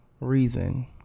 reason